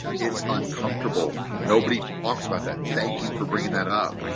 it's uncomfortable. nobody talks about that. thank you for bringing that up.